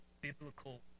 biblical